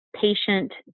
patient